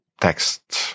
text